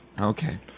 Okay